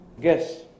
guess